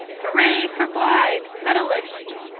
hurrah for blythe, medalist!